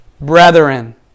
brethren